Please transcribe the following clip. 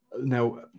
Now